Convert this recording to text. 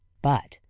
but,